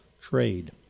trade